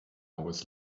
always